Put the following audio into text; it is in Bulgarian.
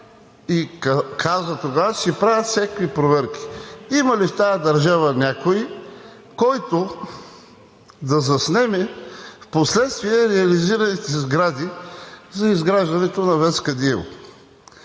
и каза тогава, че се правят всякакви проверки. Има ли в тази държава някой, който да заснеме впоследствие реализираните сгради за изграждането на ВЕЦ „Кадиево“?